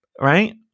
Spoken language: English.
right